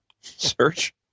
search